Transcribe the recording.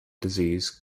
disease